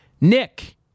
Nick